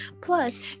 Plus